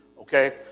Okay